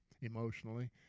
emotionally